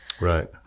Right